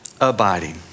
abiding